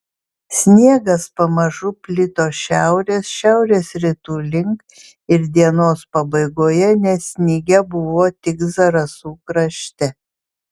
sniegas pamažu plito šiaurės šiaurės rytų link ir dienos pabaigoje nesnigę buvo tik zarasų krašte